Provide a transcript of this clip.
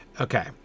Okay